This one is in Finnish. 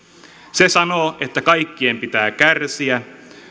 se sanoo että kaikkien pitää kärsiä